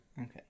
Okay